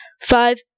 Five